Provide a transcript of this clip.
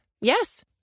Yes